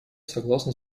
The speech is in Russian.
согласна